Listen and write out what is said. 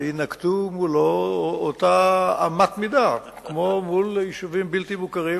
תינקט מולו אותה אמת מידה כמו מול יישובים בלתי מוכרים